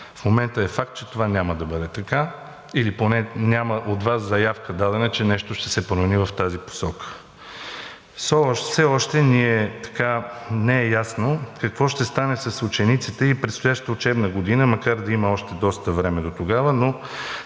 В момента е факт, че това няма да бъде така или поне няма дадена от Вас заявка, че нещо ще се промени в тази посока. Все още не е ясно какво ще стане с учениците и предстоящата учебна година, макар да има още доста време дотогава, но